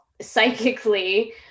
psychically